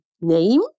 name